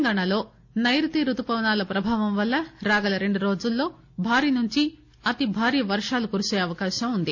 తెలంగాణాలో సైరుతి రుతుపవనాల ప్రభావం వల్ల రాగల రెండు రోజులలో భారీ నుంచి అతి భారీ వర్గాలు పడే అవకాశం ఉంది